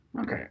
Okay